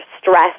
stress